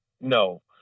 No